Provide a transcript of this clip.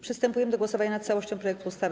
Przystępujemy do głosowania nad całością projektu ustawy.